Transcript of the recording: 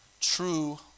true